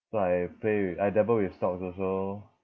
so I play with I dabble with stocks also